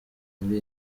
muri